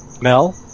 Mel